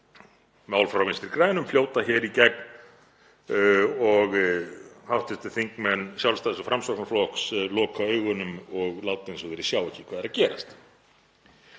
mál frá Vinstri grænum, fljóta hér í gegn og hv. þingmenn Sjálfstæðis- og Framsóknarflokks loka augunum og láta eins og þeir sjái ekki hvað er að gerast.